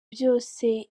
byose